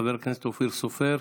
חבר הכנסת אופיר סופר,